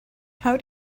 how